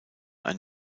ein